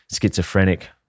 schizophrenic